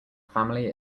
family